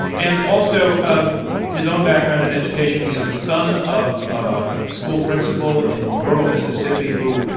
and also ah his own background in education, he is the son of a school principal in rural mississippi who,